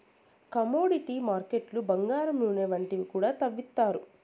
commodity మార్కెట్లు బంగారం నూనె వంటివి కూడా తవ్విత్తారు